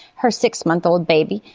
her six-month-old baby,